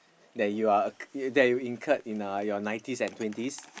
that you are that you incurred in your nineteens and twenties